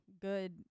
good